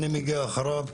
אני מגיע אחריו.